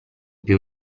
più